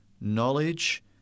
knowledge